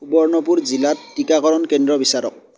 সুবৰ্ণপুৰ জিলাত টিকাকৰণ কেন্দ্ৰ বিচাৰক